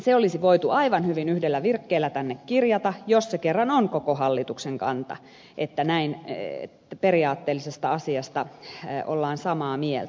se olisi voitu aivan hyvin yhdellä virkkeellä tänne kirjata jos se kerran on koko hallituksen kanta että näin periaatteellisesta asiasta ollaan samaa mieltä